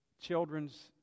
children's